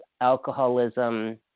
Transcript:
alcoholism